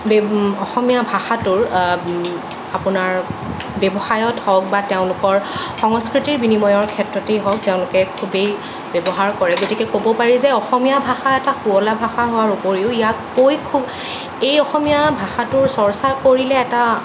অসমীয়া ভাষাটোৰ আপোনাৰ ব্যৱসায়ত হওক বা তেওঁলোকৰ সংস্কৃতিৰ বিনিময়ৰ ক্ষেত্ৰতেই হওক তেওঁলোকে খুবেই ব্যৱহাৰ কৰে গতিকে ক'ব পাৰি যে অসমীয়া ভাষা এটা শুৱলা ভাষা হোৱাৰ উপৰিও ইয়াক কৈ খুব এই অসমীয়া ভাষাটোৰ চৰ্চা কৰিলে এটা